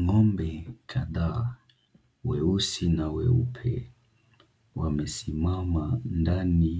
Ng'ombe kadhaa, weusi na weupe wamesimama ndani